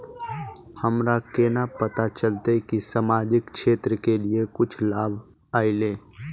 हमरा केना पता चलते की सामाजिक क्षेत्र के लिए कुछ लाभ आयले?